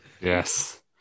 Yes